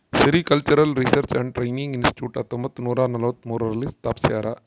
sericultural research and training institute ಹತ್ತೊಂಬತ್ತುನೂರ ನಲವತ್ಮೂರು ರಲ್ಲಿ ಸ್ಥಾಪಿಸ್ಯಾರ